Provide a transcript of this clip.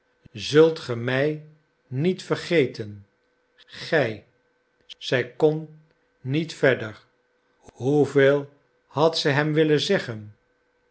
zult ge mij niet vergeten gij zij kon niet verder hoeveel had ze hem willen zeggen